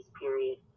period